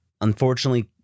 Unfortunately